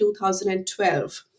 2012